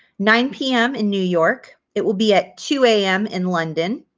nine pm in new york. it will be at two am in london.